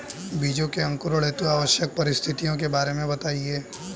बीजों के अंकुरण हेतु आवश्यक परिस्थितियों के बारे में बताइए